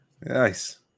Nice